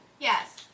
Yes